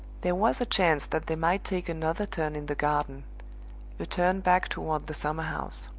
there was a chance that they might take another turn in the garden a turn back toward the summer-house.